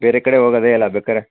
ಬೇರೆ ಕಡೆ ಹೋಗೋದೆ ಇಲ್ಲ ಬೇಕಾದ್ರೆ